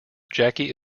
jackie